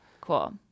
cool